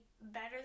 better